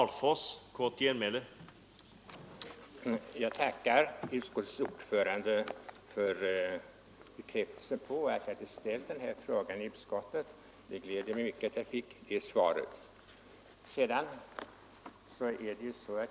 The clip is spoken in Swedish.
Herr talman! Jag tackar utskottets ordförande för bekräftelsen på att jag ställde frågan om initiativrätten i utskottet. Det gläder mig mycket att jag fick det bekräftat.